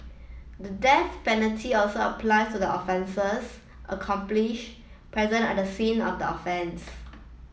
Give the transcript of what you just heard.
the death penalty also applies to the offender's accomplish present at the scene of the offence